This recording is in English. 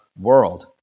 world